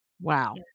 Wow